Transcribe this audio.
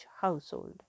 household